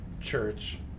church